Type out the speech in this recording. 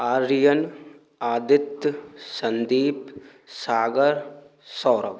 Aryan Aditya Sandeep Sagar Saurabh